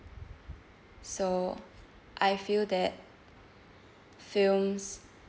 so I feel that films